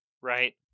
right